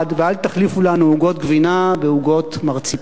ואל תחליפו לנו עוגות גבינה בעוגות מרציפן.